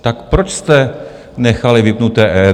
Tak proč jste nechali vypnuté EET?